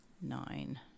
Nine